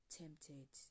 tempted